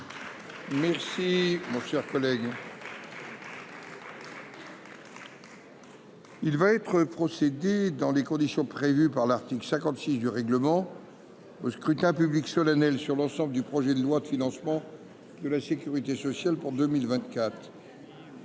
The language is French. fourni sur ce texte. Il va être procédé, dans les conditions prévues par l’article 56 du règlement, au scrutin public solennel sur l’ensemble du projet de loi, modifié, de financement de la sécurité sociale pour 2024.